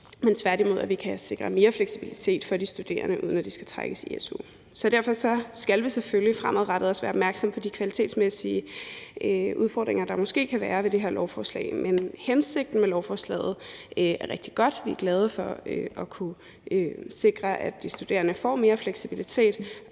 men tværtimod til, at vi kan sikre mere fleksibilitet for de studerende, uden at de skal trækkes i su. Så derfor skal vi selvfølgelig fremadrettet også være opmærksom på de kvalitetsmæssige udfordringer, der måske kan være ved det her lovforslag. Men hensigten med lovforslaget er rigtig god. Vi er glade for at kunne sikre, at de studerende får mere fleksibilitet,